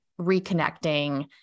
reconnecting